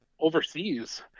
overseas